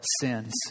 sins